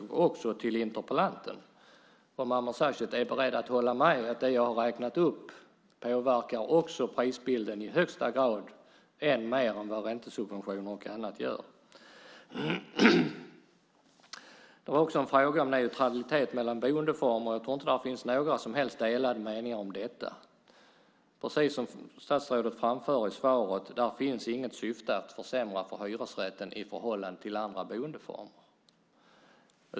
Jag skulle vidare vilja fråga om interpellanten är beredd att hålla med om att det jag har räknat upp också påverkar prisbilden i högsta grad - ännu mer än vad räntesubventioner och annat gör. Det var också en fråga om neutralitet mellan boendeformer. Jag tror inte att det finns några som helst delade meningar om detta. Precis som statsrådet framför i svaret finns det inget syfte att försämra för hyresrätten i förhållande till andra boendeformer.